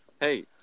Hey